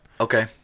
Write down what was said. Okay